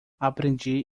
aprendi